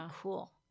cool